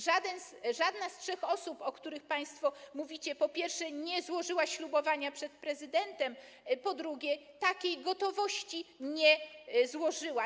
Żadna z trzech osób, o których państwo mówicie, po pierwsze, nie złożyła ślubowania przed prezydentem, po drugie, takiej gotowości nie wyraziła.